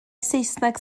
saesneg